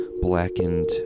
blackened